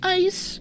ice